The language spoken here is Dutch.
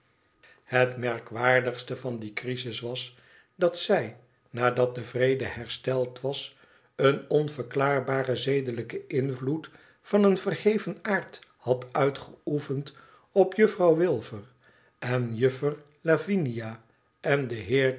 het merkwaardigste van die crisis was dat zij nadat de vrede hersteld was een onverklaarbaren zedelijken invloed van een verheven aard had uitgeoefend op juffrouw wilfer en juffer lavinia en den heer